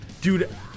Dude